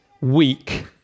weak